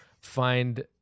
find